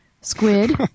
squid